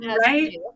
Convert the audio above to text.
right